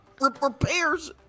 Repairs